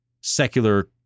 secular